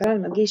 שכלל מגיש,